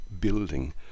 building